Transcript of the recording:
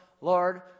Lord